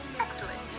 Excellent